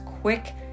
quick